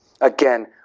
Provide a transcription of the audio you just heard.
Again